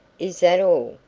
is that all?